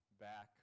back